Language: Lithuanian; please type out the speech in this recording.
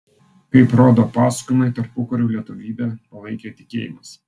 kaip rodo pasakojimai tarpukariu lietuvybę palaikė tikėjimas